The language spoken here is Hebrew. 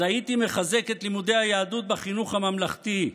אז הייתי מחזק את לימודי היהדות בחינוך הממלכתי.